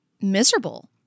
miserable